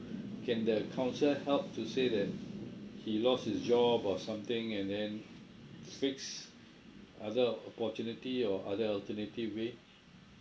can that counsellor help to say that he lost his job or something and then fix other opportunity or other alternative way